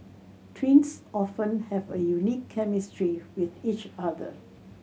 twins often have a unique chemistry with each other